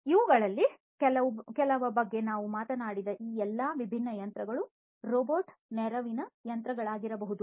ಇವುಗಳಲ್ಲಿ ಕೆಲವು ಬಗ್ಗೆ ನಾವು ಮಾತನಾಡಿದ ಈ ಎಲ್ಲಾ ವಿಭಿನ್ನ ಯಂತ್ರಗಳು ರೋಬೋಟ್ ನೆರವಿನ ಯಂತ್ರಗಳಾಗಿರಬಹುದು